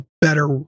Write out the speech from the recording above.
better